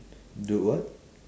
do what